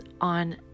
on